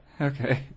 Okay